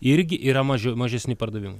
irgi yra mažiau mažesni pardavimai